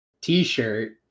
T-shirt